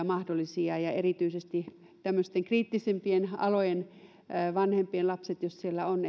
mahdollisia tartuntaketjuja ja erityisesti jos tämmöisten kriittisempien alojen vanhempien lapset siellä on